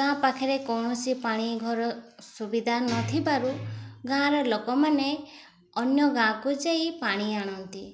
ଗାଁ ପାଖରେ କୌଣସି ପାଣି ଘର ସୁବିଧା ନଥିବାରୁ ଗାଁ'ର ଲୋକମାନେ ଅନ୍ୟ ଗାଁକୁ ଯାଇ ପାଣି ଆଣନ୍ତି